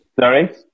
Sorry